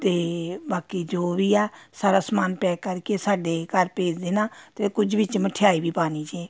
ਅਤੇ ਬਾਕੀ ਜੋ ਵੀ ਆ ਸਾਰਾ ਸਮਾਨ ਪੈਕ ਕਰਕੇ ਸਾਡੇ ਘਰ ਭੇਜ ਦੇਣਾ ਅਤੇ ਕੁਝ ਵਿੱਚ ਮਠਿਆਈ ਵੀ ਪਾਣੀ ਜੀ